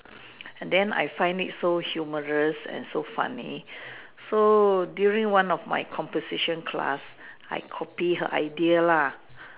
and then I find it so humorous and so funny so during one of my composition class I copy her idea lah